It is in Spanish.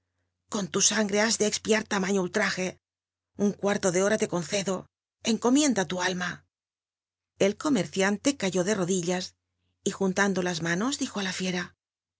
con tu sangre has de expiar tamaiío unraje un cuarto de hora te concedo encomienda tu alma el comerciante cayó de rodillas y juntando las manos dijo á la fiera